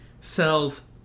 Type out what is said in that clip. sells